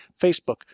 Facebook